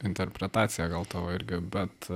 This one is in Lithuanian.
interpretacija gal tau irgi bet